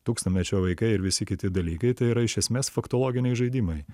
tūkstantmečio vaikai ir visi kiti dalykai tai yra iš esmės faktologiniai žaidimai